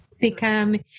become